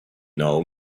know